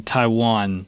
Taiwan